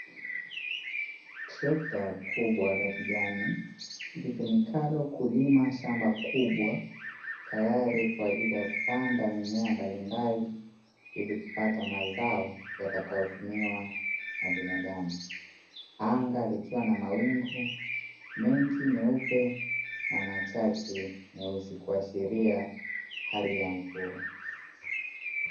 Trekta kubwa la kijani litumikalo kulima shamba kubwa tayari kwa ajili ya kupanda mimea mbalimbali ili kupata mazao yatakayotumiwa na binadamu, anga likiwa na mawingu mengi meupe na machache meusi, kuashiria hali ya mvua.